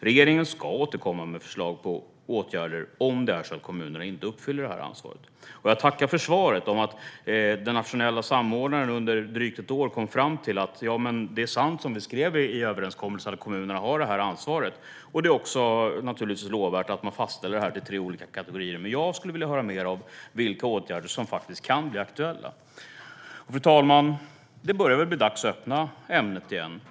Regeringen ska återkomma med förslag på åtgärder om kommunerna inte tar detta ansvar. Jag tackar för svaret om att den nationella samordnaren under drygt ett år kom fram till att det är sant som vi skrev i överenskommelsen att kommunerna har detta ansvar. Det är naturligtvis också lovvärt att man fastställer detta till tre olika kategorier. Men jag skulle vilja höra mer om vilka åtgärder som faktiskt kan bli aktuella. Fru talman! Det börjar bli dags att öppna ämnet igen.